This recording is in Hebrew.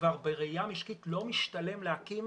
כבר בראייה משקית לא משתלם להקים